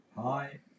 Hi